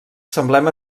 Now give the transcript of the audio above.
semblem